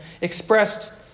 expressed